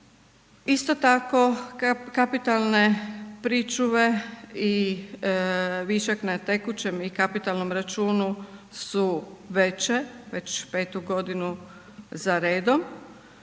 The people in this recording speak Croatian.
Isto tako kapitalne pričuve i višak na tekućem i kapitalnom računu su veće, već 5.-tu godinu za redom.